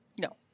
No